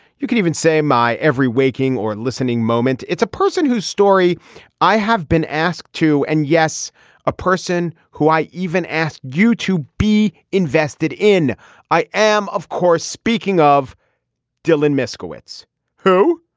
you could even say my every waking or listening moment. it's a person whose story i have been asked to and yes a person who i even ask you to be invested in i am of course speaking of dylan moskowitz who.